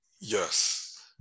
Yes